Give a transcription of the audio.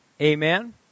Amen